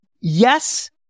yes